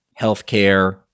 healthcare